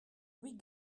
louis